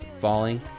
falling